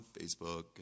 Facebook